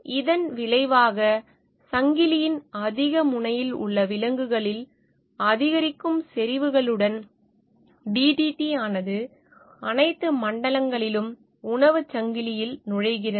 இதன் விளைவாக சங்கிலியின் அதிக முனையில் உள்ள விலங்குகளில் அதிகரிக்கும் செறிவுகளுடன் DDT ஆனது அனைத்து மட்டங்களிலும் உணவுச் சங்கிலியில் நுழைகிறது